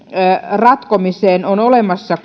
ratkomiseen on olemassa